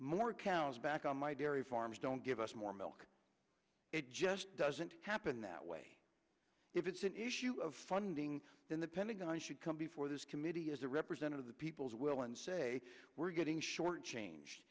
more cows back on my dairy farms don't give us more milk it just doesn't happen that way if it's an issue of funding in the pentagon should come before this committee as a representative the people's will and say we're getting short changed